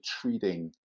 treating